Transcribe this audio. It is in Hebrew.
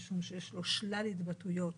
משום שיש לו שלל התבטאויות